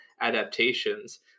adaptations